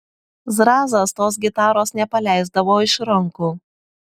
zrazas tos gitaros nepaleisdavo iš rankų